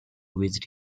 visit